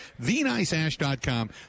TheNiceAsh.com